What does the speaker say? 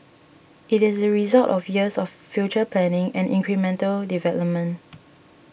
it is the result of years of future planning and incremental development